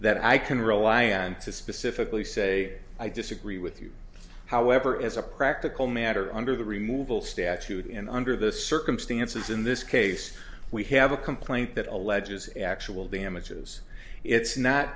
that i can rely on to specifically say i disagree with you however as a practical matter under the removal statute and under the circumstances in this case we have a complaint that alleges actual damages it's not